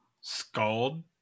scald